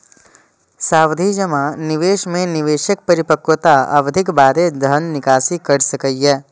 सावधि जमा निवेश मे निवेशक परिपक्वता अवधिक बादे धन निकासी कैर सकैए